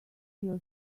till